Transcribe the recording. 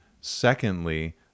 secondly